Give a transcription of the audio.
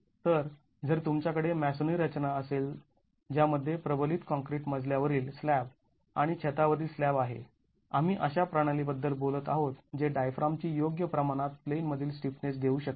तर जर तुमच्याकडे मॅसोनरी रचना असेल ज्यामध्ये प्रबलित काँक्रीट मजल्या वरील स्लॅब आणि छतावरील स्लॅब आहे आम्ही अशा प्रणाली बद्दल बोलत आहोत जे डायफ्राम ची योग्य प्रमाणात प्लेन मधील स्टिफनेस देऊ शकेल